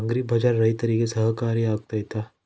Agri bazaar ರೈತರಿಗೆ ಸಹಕಾರಿ ಆಗ್ತೈತಾ?